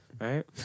right